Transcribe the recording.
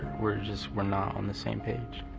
we're just. we're not on the same page.